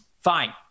fine